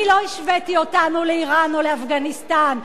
אני לא השוויתי אותנו לאירן או לאפגניסטן.